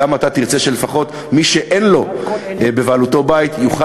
תרצה שלפחות מי שאין בבעלותו בית יוכל